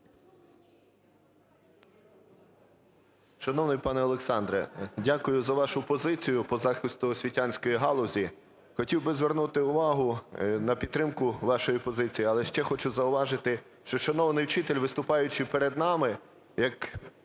Шановний пане Олександре, дякую за вашу позицію по захисту освітянської галузі. Хотів би звернути увагу на підтримку вашої позиції, але ще хочу зауважити, що шановний вчитель, виступаючи перед нами,